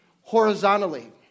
horizontally